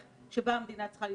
באיכויות.